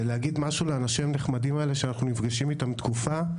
ולהגיד משהו לאנשים הנחמדים האלה שאנחנו נפגשים איתם תקופה.